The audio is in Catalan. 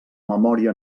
memòria